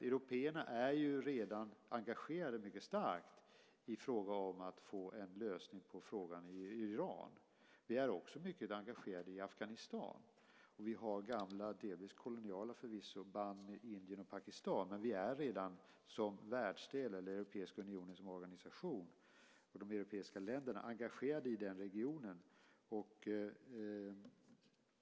Européerna är ju redan mycket starkt engagerade i fråga om att få en lösning på frågan Iran. Vi är också mycket engagerade i Afghanistan. Vi har gamla - förvisso delvis koloniala - band med Indien och Pakistan, men vi är redan som världsdel, som den europeiska unionen som organisation och som de europeiska länderna engagerade i regionen.